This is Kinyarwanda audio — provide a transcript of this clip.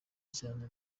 cyane